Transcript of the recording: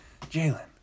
Jalen